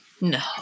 No